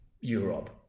Europe